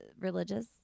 religious